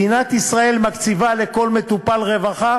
מדינת ישראל מקציבה לכל מטופל רווחה